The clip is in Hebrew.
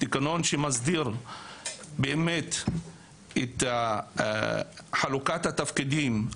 תקנון שמסדיר באמת את חלוקת התפקידים,